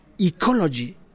ecology